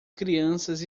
crianças